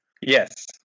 Yes